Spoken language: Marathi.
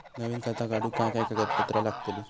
नवीन खाता काढूक काय काय कागदपत्रा लागतली?